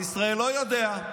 עם ישראל לא יודע,